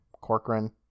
Corcoran